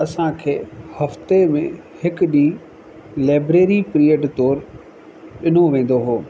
असांखे हफ़्ते में हिकु ॾींहुं लाइब्रेरी पीरियड तौर ॾिनो वेंदो हुओ